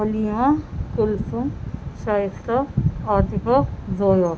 Halima Kulsoom Shaista Atifa Zoya